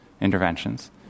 Interventions